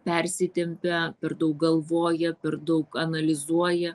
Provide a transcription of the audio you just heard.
persitempia per daug galvoja per daug analizuoja